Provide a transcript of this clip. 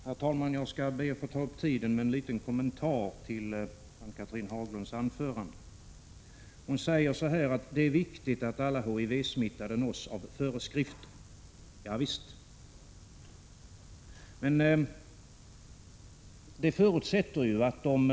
Herr talman! Jag skall be att få ta upp tiden med en liten kommentar till Ann-Cathrine Haglunds anförande. Hon säger: Det är viktigt att alla HIV-smittade nås av föreskrifter. Ja visst! Men det förutsätter ju att de Prot.